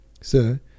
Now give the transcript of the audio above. Sir